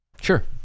Sure